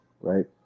right